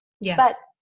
Yes